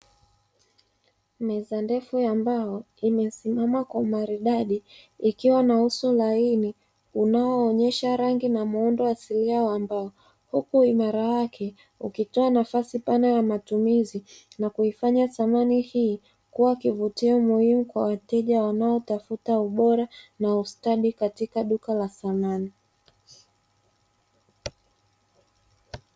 Meza ndefu ya mbao imesimama kwa umaridadi, ikiwa na uso laini inayoonyesha rangi na muundo asilia wa mbao, huku uimara wake ukitoa nafasi pana ya matumizi na kuifanya samani hii kuwa kivutio muhimu kwa wateja wanaotafuta ubora na ustadi katika duka la samani.